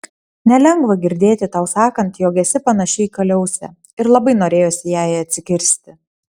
nelengva girdėti tau sakant jog esi panaši į kaliausę ir labai norėjosi jai atsikirsti